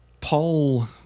Paul